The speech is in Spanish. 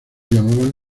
llamaban